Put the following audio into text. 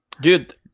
Dude